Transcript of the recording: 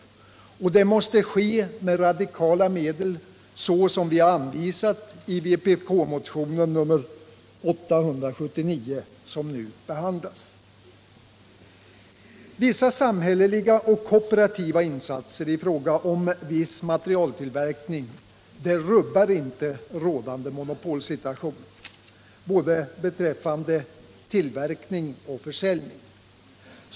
Detta måste ske med radikala medel, såsom vi anvisat i vpk-motionen 879, som nu behandlas. Samhälleliga och kooperativa insatser i fråga om viss materialtillverkning rubbar inte rådande monopolsituation, beträffande både tillverkning och försäljning.